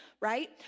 right